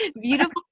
beautiful